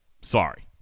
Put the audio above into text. sorry